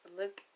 look